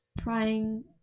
trying